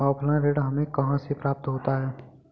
Offline ऋण हमें कहां से प्राप्त होता है?